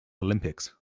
olympics